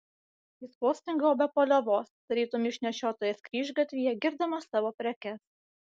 jis postringavo be paliovos tarytum išnešiotojas kryžgatvyje girdamas savo prekes